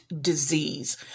disease